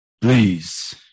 please